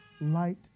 light